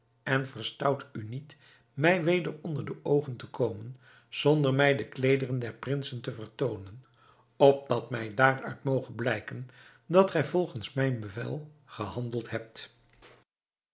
en verstout u niet mij weder onder de oogen te komen zonder mij de kleederen der prinsen te vertoonen opdat mij daaruit moge blijken dat gij volgens mijn bevel gehandeld hebt